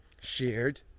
shared